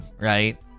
right